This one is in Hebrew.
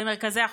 במרכזי החוסן,